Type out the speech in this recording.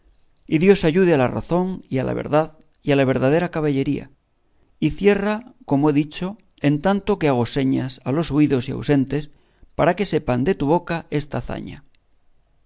y dios ayude a la razón y a la verdad y a la verdadera caballería y cierra como he dicho en tanto que hago señas a los huidos y ausentes para que sepan de tu boca esta hazaña